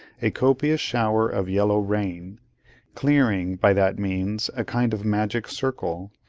a copious shower of yellow rain clearing, by that means, a kind of magic circle,